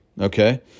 Okay